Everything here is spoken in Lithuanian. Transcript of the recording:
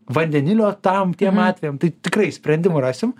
vandenilio tam tiem atvejam tai tikrai sprendimų rasim